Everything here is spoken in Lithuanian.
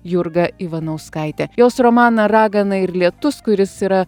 jurga ivanauskaitė jos romaną ragana ir lietus kuris yra